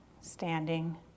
standing